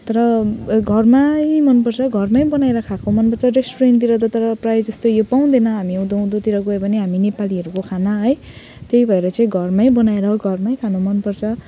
तर घरमा यही मनपर्छ घरमै बनाएर खाएको मनपर्छ रेस्टुरेन्टतिर तर प्रायःजस्तो यो पाउँदैन हामी उँधो उँधोतिर गयौँ भने हामी नेपालीहरूको खाना है त्यही भएर चाहिँ घरमै बनाएर घरमै खान मनपर्छ